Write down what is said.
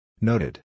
Noted